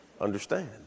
understand